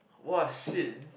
!wah shit!